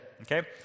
Okay